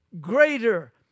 greater